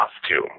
costume